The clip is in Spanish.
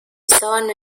usaban